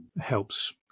helps